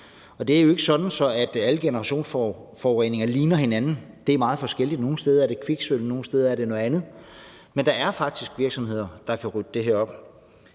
op. Det er jo ikke sådan, at alle generationsforureninger ligner hinanden – de er meget forskellige – for nogle steder er det kviksølv, andre steder er det noget andet, men der er faktisk virksomheder, der kan rydde det her op.